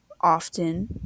often